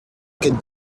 could